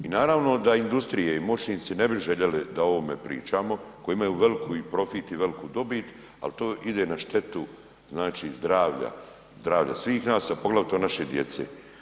I naravno da industrije i moćnici ne bi željeli da o ovome pričamo koji imaju veliki profit i veliku dobit, ali to ide na štetu znači zdravlja, zdravlja svih nas, a poglavito naše djece.